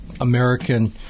American